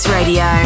Radio